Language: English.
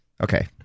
okay